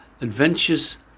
adventures